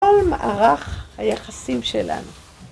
כל מערך היחסים שלנו